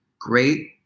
great